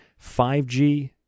5G